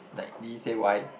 like did he say why